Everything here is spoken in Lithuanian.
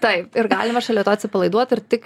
taip ir galima šalia to atsipalaiduot ir tik